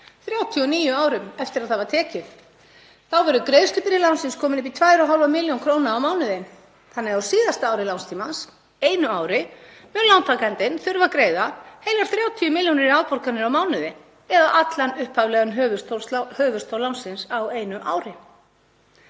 39 árum eftir að það var tekið, verður greiðslubyrði lánsins komin upp í 2,5 millj. kr. á mánuði. Á síðasta ári lánstímans, einu ári, þarf lántakandinn því að greiða heilar 30 milljónir í afborganir á mánuði eða allan upphaflegan höfuðstól lánsins á einu ári.